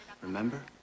Remember